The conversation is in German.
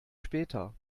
später